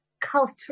culture